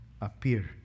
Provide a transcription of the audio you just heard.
appear